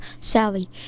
Sally